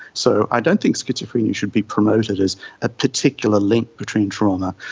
so i don't think schizophrenia should be promoted as a particular link between trauma.